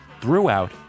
throughout